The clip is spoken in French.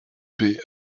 paix